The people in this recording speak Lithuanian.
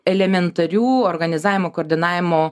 elementarių organizavimo koordinavimo